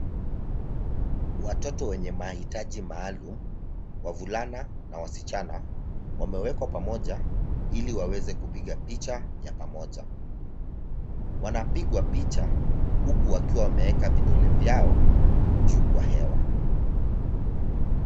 Watoto wenye mahitaji maalum, wavulana na wasichana, wamewekwa pamoja ili waweze kupiga picha ya pamoja. Wanapigwa picha huku wakiwa wameeka vidole vyao juu kwa hewa.